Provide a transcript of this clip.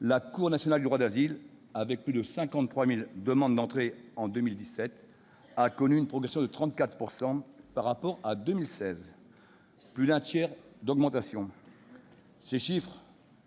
la Cour nationale du droit d'asile, la CNDA, avec plus de 53 000 demandes d'entrée en 2017, a connu une progression du nombre de dossiers de 34 % par rapport à 2016. Plus d'un tiers d'augmentation ! Ces chiffres